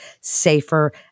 safer